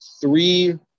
three